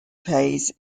plays